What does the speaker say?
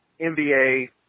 NBA